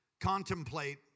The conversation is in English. contemplate